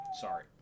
Sorry